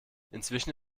inzwischen